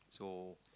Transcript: so